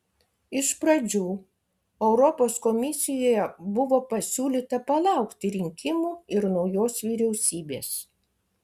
iš pradžių europos komisijoje buvo pasiūlyta palaukti rinkimų ir naujos vyriausybės